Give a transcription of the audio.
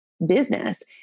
business